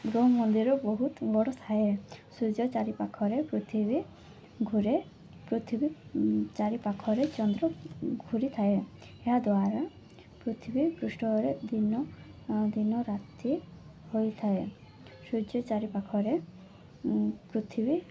ଗ୍ରହ ମଧ୍ୟରେ ବହୁତ ବଡ଼ ଥାଏ ସୂର୍ଯ୍ୟ ଚାରିପାଖରେ ପୃଥିବୀ ଘୂରେ ପୃଥିବୀ ଚାରିପାଖରେ ଚନ୍ଦ୍ର ଘୂରି ଥାଏ ଏହାଦ୍ୱାରା ପୃଥିବୀ ପୃଷ୍ଠରେ ଦିନ ଦିନ ରାତି ହୋଇଥାଏ ସୂର୍ଯ୍ୟ ଚାରି ପାଖରେ ପୃଥିବୀ